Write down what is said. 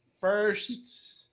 first